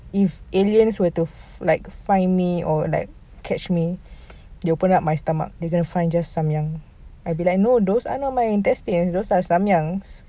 if aliens were to find me or catch me they open up my stomach they're just going to find samyang no those are not my intestine those are my samyangs